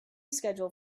schedule